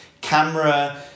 camera